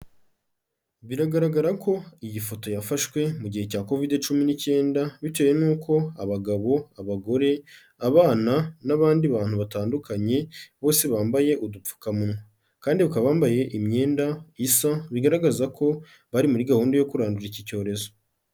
Biragaragara ko iyi foto yafashwe mu gihe cya Kovide cumi n'icyenda, bitewe n'uko abagabo, abagore, abana n'abandi bantu batandukanye, bose bambaye udupfukamunwa kandi bakaba bambaye imyenda isa, bigaragaza ko bari muri gahunda yo kurandura iki cyorezo.